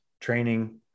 training